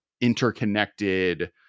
interconnected